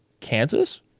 Kansas